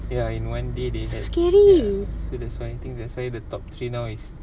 ya in one day they have ya so that's why I think that's why the top three now is